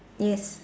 yes